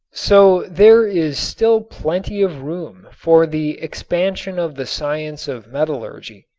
so there is still plenty of room for the expansion of the science of metallurgy.